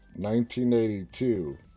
1982